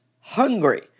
hungry